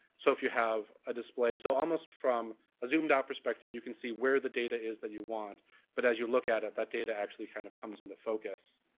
so if you have a display, so almost from a zoom out perspective you can see where the data is that you want but as you look at it that data actually kind of comes into focus.